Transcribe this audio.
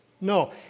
no